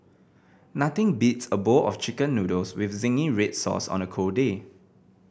nothing beats a bowl of Chicken Noodles with zingy red sauce on a cold day